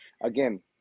Again